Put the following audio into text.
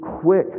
quick